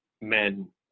men